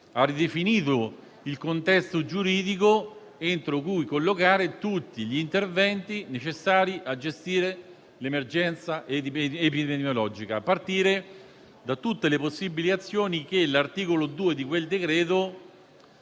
ha ridefinito il contesto giuridico entro cui collocare tutti gli interventi necessari a gestire l'emergenza epidemiologica, a partire da tutte le possibili azioni che l'articolo 2 di quel decreto